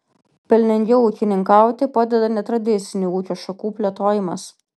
pelningiau ūkininkauti padeda netradicinių ūkio šakų plėtojimas